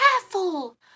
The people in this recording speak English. careful